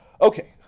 Okay